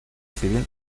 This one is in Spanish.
civil